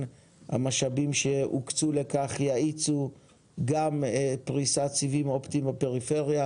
המשאבים שהוקצו לכך יאיצו גם פריסת סיבים אופטיים בפריפריה.